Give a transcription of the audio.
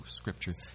Scripture